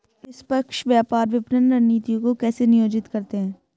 निष्पक्ष व्यापार विपणन रणनीतियों को कैसे नियोजित करते हैं?